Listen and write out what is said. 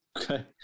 Okay